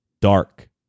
dark